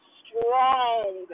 strong